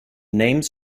names